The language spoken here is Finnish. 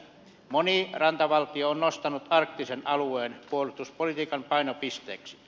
moni rantavaltio on nostanut arktisen alueen puolustuspolitiikan painopisteeksi